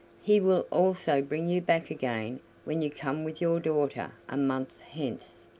he will also bring you back again when you come with your daughter a month hence.